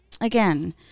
again